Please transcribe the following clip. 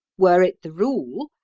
were it the rule,